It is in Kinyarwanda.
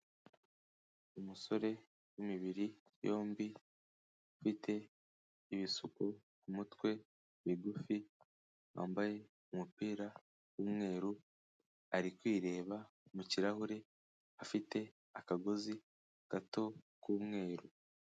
Umusore w'imibiri yombi, ufite ibisuko ku mutwe bigufi, wambaye umupira w'umweru, ari kwireba mu kirahure afite akagozi gato k'umweru.